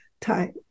time